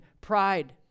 pride